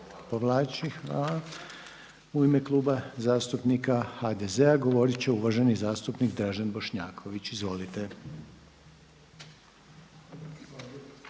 Hvala.